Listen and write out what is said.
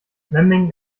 memmingen